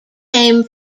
came